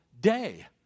day